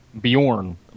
Bjorn